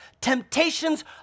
Temptations